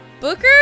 Booker